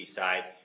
side